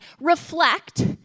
reflect